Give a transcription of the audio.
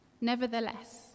Nevertheless